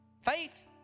Faith